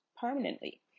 permanently